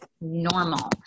normal